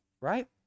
right